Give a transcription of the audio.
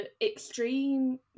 extreme